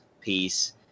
piece